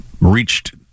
reached